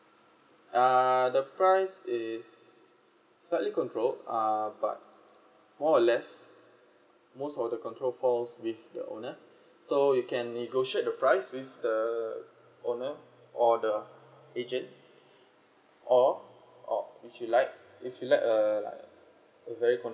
uh the price is slightly control uh but more or less most of the control falls with your owner so you can negotiate the price with the owner or the agent or if you like if you like a a very control